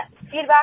feedback